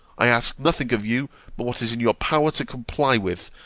i ask nothing of you but what is in your power to comply with,